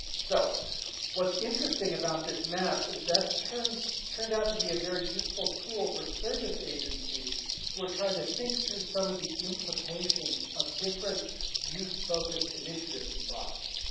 so what's interesting about this map is that's turned turned out to be a very useful tool for service agencies who are trying to think through some of the implications of different youth focused initiatives in boston.